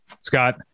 Scott